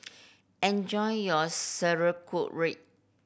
enjoy your Sauerkraut